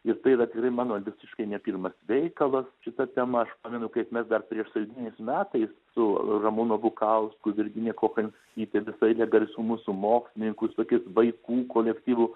ir tai yra tikrai mano visiškai ne pirmas veikalas šita tema aš pamenu kaip mes dar priešsąjūdiniais metais su ramūnu bukausku virginija kochanskyte visa eile garsių mūsų mokslininkų tokiais vaikų kolektyvu